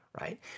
right